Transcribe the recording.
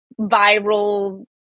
viral